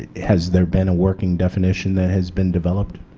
has there been a working definition that has been developed?